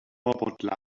about